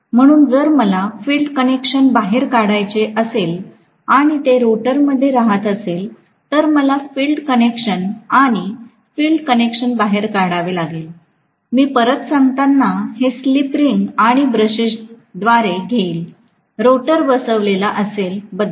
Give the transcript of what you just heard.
म्हणून जर मला फील्ड कनेक्शन बाहेर काढायचे असेलआणि ते रोटरमध्ये राहत असेल तर मला फिल्ड कनेक्शन आणि फिल्ड कनेक्शन बाहेर काढावे लागतील मी परत सांगताना हे स्लिप रिंग आणि ब्रशद्वारे घेईल रोटर बसवलेला असेल बद्दल